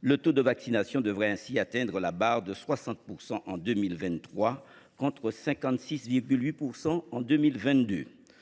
Le taux de vaccination devrait ainsi atteindre la barre des 60 % en 2023, contre 56,8 % en 2022.